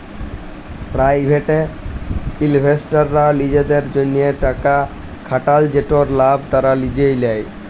private ইলভেস্টাররা লিজেদের জ্যনহে টাকা খাটাল যেটর লাভ তারা লিজে লেই